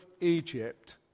Egypt